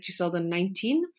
2019